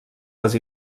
les